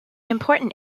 important